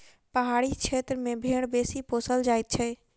पहाड़ी क्षेत्र मे भेंड़ बेसी पोसल जाइत छै